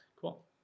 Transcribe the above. Cool